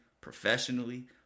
professionally